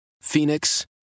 Phoenix